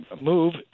move